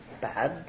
bad